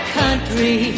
country